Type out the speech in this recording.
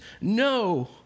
no